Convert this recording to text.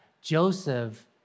Joseph